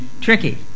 tricky